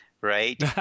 right